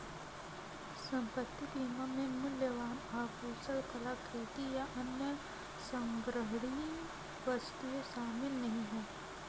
संपत्ति बीमा में मूल्यवान आभूषण, कलाकृति, या अन्य संग्रहणीय वस्तुएं शामिल नहीं हैं